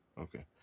Okay